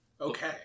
Okay